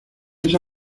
esa